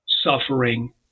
suffering